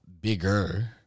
bigger